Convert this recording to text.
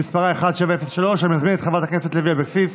שמספרה 1703. אני מזמין את חברת הכנסת לוי אבקסיס